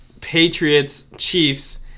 Patriots-Chiefs